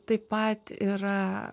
taip pat yra